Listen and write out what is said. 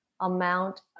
amount